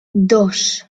dos